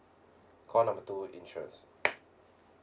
call number two insurance